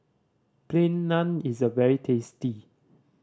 Plain Naan is very tasty